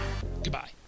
Goodbye